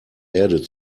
erde